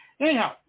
Anyhow